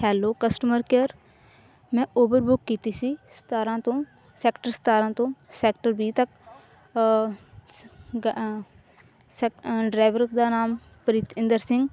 hello customer care ਮੈਂ Uber book ਕੀਤੀ ਸੀ ਸਤਾਰਾਂ ਤੋਂ ਸੈਕਟਰ ਸਤਾਰਾਂ ਤੋਂ ਸੈਕਟਰ ਵੀਹ ਤੱਕ ਸ ਗ ਸੈਕ ਡਰਾਈਵਰ ਦਾ ਨਾਮ ਪ੍ਰੀਤ ਇੰਦਰ ਸਿੰਘ